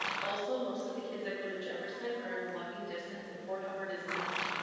also, most of the kids that go to jefferson are in walking distance, and fort howard is not.